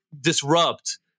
disrupt